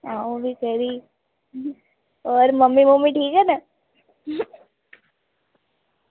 होर मम्मी ठीक न